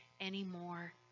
anymore